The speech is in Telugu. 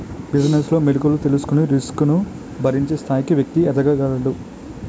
బిజినెస్ లో మెలుకువలు తెలుసుకొని రిస్క్ ను భరించే స్థాయికి వ్యక్తి ఎదగగలడు